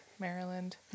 Maryland